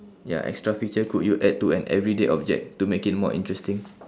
ya extra feature could you add to an everyday object to make it more interesting